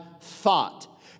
thought